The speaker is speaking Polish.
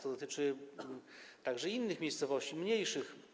To dotyczy także innych miejscowości, mniejszych.